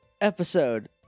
episode